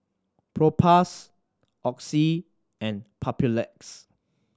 Propass Oxy and Papulex